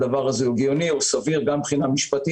זמן היערכות זה דבר הגיוני וסביר גם מבחינה משפטית,